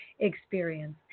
experience